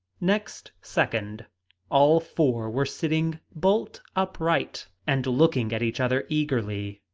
next second all four were sitting bolt upright, and looking at each other eagerly